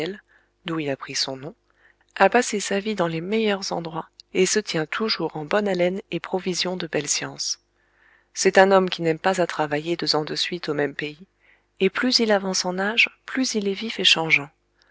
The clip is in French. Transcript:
d'où il a pris son nom a passé sa vie dans les meilleurs endroits et se tient toujours en bonne haleine et provision de belle science c'est un homme qui n'aime pas à travailler deux ans de suite au même pays et plus il avance en âge plus il est vif et changeant